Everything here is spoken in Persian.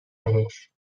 بهش